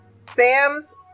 Sam's